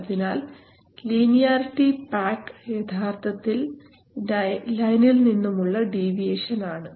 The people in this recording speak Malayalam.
അതിനാൽ ലീനിയാരിറ്റി പാക്ക് യഥാർത്ഥത്തിൽ ലൈനിൽ നിന്നും ഉള്ള ഡീവിയേഷൻ ആണ്